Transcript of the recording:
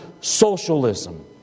socialism